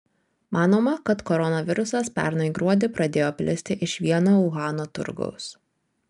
manoma kad koronavirusas pernai gruodį pradėjo plisti iš vieno uhano turgaus